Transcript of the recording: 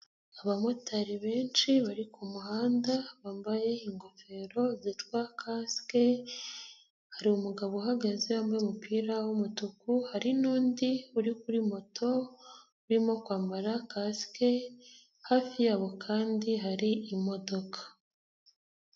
Abamotari benshi bari ku muhanda bambaye ingofero zitwa kasike. Hari umugabo uhagaze wambaye umupira w'umutuku, hari n'undi uri kuri moto urimo kwambara kasike hafi yabo kandi hari imodoka.